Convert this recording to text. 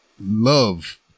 love